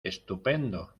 estupendo